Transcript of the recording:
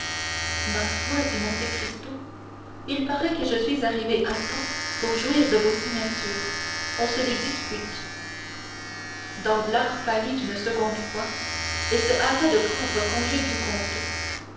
ma foi dit monte cristo il paraît que je suis arrivé à temps pour jouir de vos signatures on se les dispute danglars pâlit une seconde fois et se hâta de prendre congé du comte